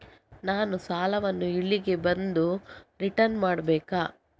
ನಾನು ಸಾಲವನ್ನು ಇಲ್ಲಿಗೆ ಬಂದು ರಿಟರ್ನ್ ಮಾಡ್ಬೇಕಾ?